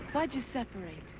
why did you separate?